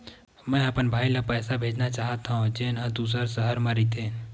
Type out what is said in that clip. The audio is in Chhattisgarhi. मेंहा अपन भाई ला पइसा भेजना चाहत हव, जेन हा दूसर शहर मा रहिथे